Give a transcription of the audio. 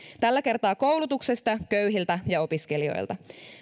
tällä kertaa koulutuksesta köyhiltä ja opiskelijoilta